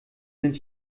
sind